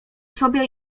sobie